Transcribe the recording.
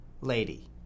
Lady